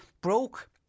broke